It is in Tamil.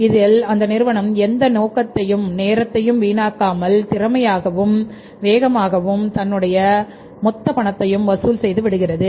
இதில் அந்த நிறுவனம் எந்த நேரத்தையும் வீணாக்காமல் திறமையாகவும் வேகமாகவும் தன்னுடைய மொத்த பணத்தையும் வசூல் செய்து விடுகிறது